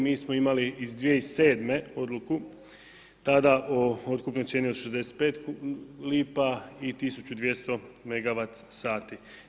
Mi smo imali iz 2007. odluku tada o otkupnoj cijeni od 65 lipa i 1.200 megawat sati.